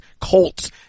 Colts